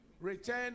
return